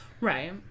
Right